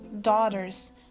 daughters